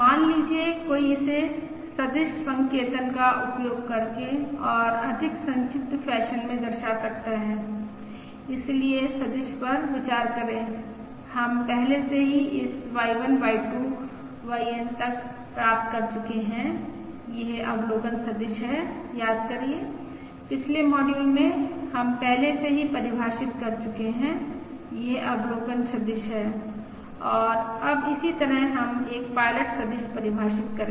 मान लिजिए कोई इसे सदिश संकेतन का उपयोग करके और अधिक संक्षिप्त फैशन में दर्शा सकता है इसलिए सदिश पर विचार करें हम पहले से ही इस Y1 Y2 YN तक प्राप्त कर चुके हैं यह अवलोकन सदिश है याद करिये पिछले मॉड्यूल में हम पहले से ही परिभाषित कर चुके हैं यह अवलोकन सदिश है और अब इसी तरह हम एक पायलट सदिश परिभाषित करें